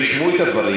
רשמו את הדברים.